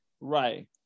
Right